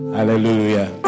Hallelujah